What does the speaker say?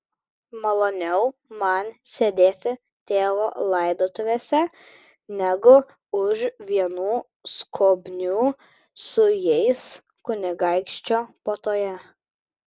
maloniau man sėdėti tėvo laidotuvėse negu už vienų skobnių su jais kunigaikščio puotoje